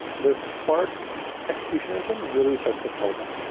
the spark execution engine really starts to fall down.